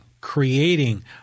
creating